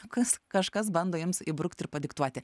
kas kažkas bando jums įbrukti ir padiktuoti